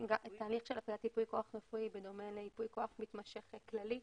תהליך של הפקדת ייפוי כוח רפואי בדומה לייפוי כוח מתמשך כללי,